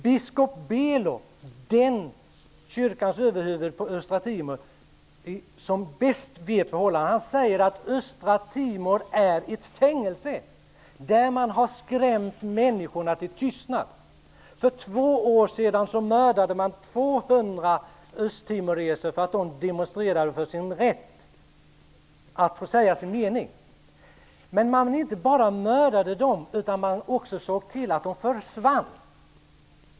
Biskop Belo, kyrkans överhuvud på Östra Timor, som bäst känner till förhållandena, säger att Östra Timor är ett fängelse där man har skrämt människorna till tystnad. För två år sedan mördade man 200 östtimoreser för att de demonstrerade för sin rätt att få säga sin mening. Men man inte bara mördade dem. Man såg också till att de försvann.